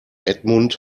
edmund